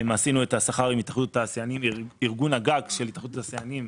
עשינו את החישובים עם ארגון הגג של התאחדות התעשיינים,